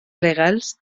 legals